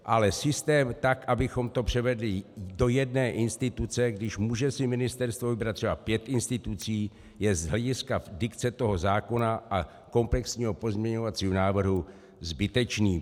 Ale systém tak, abychom to převedli do jedné instituce, když si může ministerstvo vybrat třeba pět institucí, je z hlediska dikce zákona a komplexního pozměňovacího návrhu zbytečný.